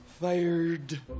Fired